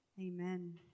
Amen